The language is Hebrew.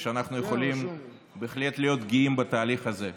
אני חושב שאנחנו יכולים בהחלט להיות גאים בתהליך הזה.